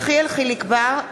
בעד יחיאל חיליק בר,